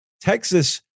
Texas